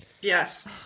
Yes